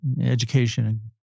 education